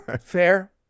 fair